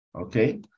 okay